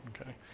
okay